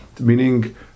meaning